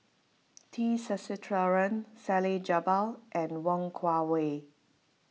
T Sasitharan Salleh Japar and Wong Kwei Cheong